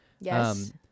Yes